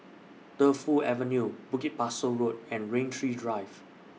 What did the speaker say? Defu Avenue Bukit Pasoh Road and Rain Tree Drive